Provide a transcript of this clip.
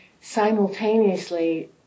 simultaneously